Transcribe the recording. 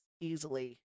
easily